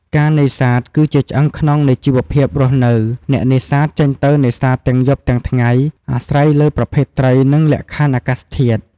ការនេសាទគឺជាឆ្អឹងខ្នងនៃជីវភាពរស់នៅ អ្នកនេសាទចេញទៅនេសាទទាំងយប់ទាំងថ្ងៃ អាស្រ័យលើប្រភេទត្រី និងលក្ខខណ្ឌអាកាសធាតុ។